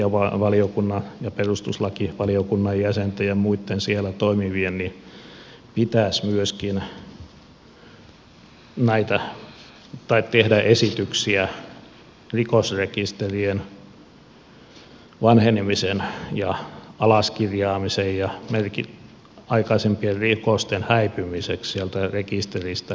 samalla lakivaliokunnan ja perustuslakivaliokunnan jäsenten ja muitten siellä toimivien pitäisi myöskin tehdä esityksiä koskien rikosrekisterien vanhenemista ja alaskirjaamista ja aikaisempien rikosten häipymistä sieltä rekisteristä